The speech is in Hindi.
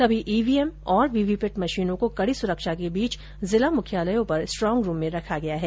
सभी ईवीएम और वीवीपैट मशीनों को कड़ी सुरक्षा के बीच जिला मुख्यालयों पर स्ट्रॉग रूम में रखा गया है